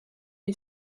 est